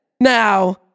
Now